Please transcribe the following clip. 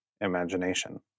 imagination